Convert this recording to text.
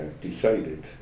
decided